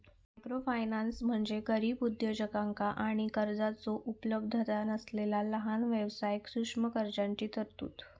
microfinance म्हणजे गरीब उद्योजकांका आणि कर्जाचो उपलब्धता नसलेला लहान व्यवसायांक सूक्ष्म कर्जाची तरतूद